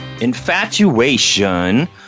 infatuation